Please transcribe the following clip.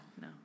No